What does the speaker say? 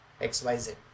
XYZ